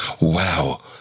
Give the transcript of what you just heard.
Wow